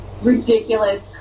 ridiculous